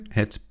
het